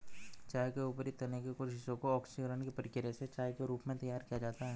चाय के ऊपरी तने के कुछ हिस्से को ऑक्सीकरण की प्रक्रिया से चाय के रूप में तैयार किया जाता है